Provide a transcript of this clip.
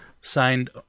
Signed